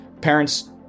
parents